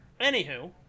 anywho